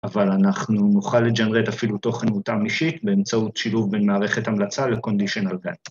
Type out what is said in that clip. ‫אבל אנחנו נוכל לג'נרט ‫אפילו תוכן מותאם אישית, ‫באמצעות שילוב בין מערכת המלצה ‫ל-conditional data.